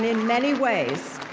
and many ways,